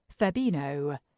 Fabino